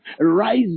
rise